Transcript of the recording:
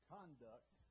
Conduct